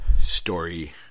story